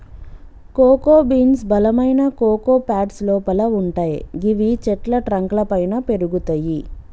cocoa beans బలమైన cocoa pads లోపల వుంటయ్ గివి చెట్ల ట్రంక్ లపైన పెరుగుతయి